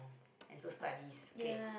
and so studies okay